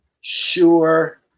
sure